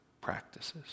practices